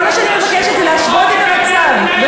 כל מה שאני מבקשת זה להשוות את המצב של